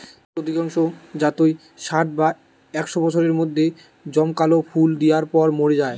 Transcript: বাঁশের অধিকাংশ জাতই ষাট বা একশ বছরের মধ্যে জমকালো ফুল দিয়ার পর মোরে যায়